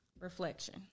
Reflection